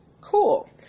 cool